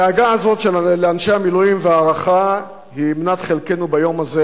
הדאגה הזאת לאנשי המילואים וההערכה להם הן מנת חלקנו ביום הזה,